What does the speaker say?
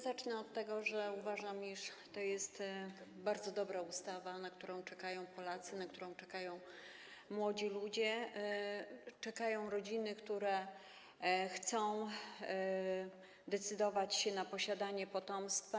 Zacznę od tego, że uważam, iż to jest bardzo dobra ustawa, na którą czekają Polacy, na którą czekają młodzi ludzie, czekają rodziny, które chcą decydować się na posiadanie potomstwa.